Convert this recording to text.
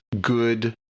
good